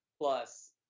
plus